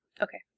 Okay